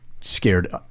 scared